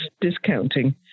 discounting